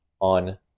on